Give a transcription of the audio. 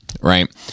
right